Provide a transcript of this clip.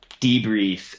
debrief